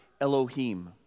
Elohim